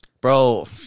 Bro